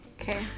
okay